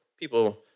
people